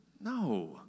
No